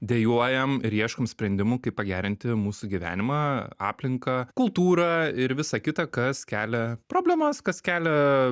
dejuojam ir ieškom sprendimų kaip pagerinti mūsų gyvenimą aplinką kultūrą ir visa kita kas kelia problemas kas kelia